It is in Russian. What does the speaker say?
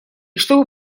чтобы